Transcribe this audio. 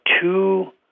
two